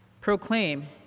Proclaim